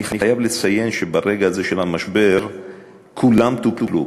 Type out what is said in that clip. אני חייב לציין שברגע הזה של המשבר כולן טופלו,